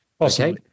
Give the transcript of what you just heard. Okay